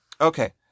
Okay